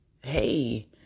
hey